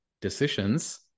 decisions